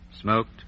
smoked